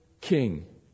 king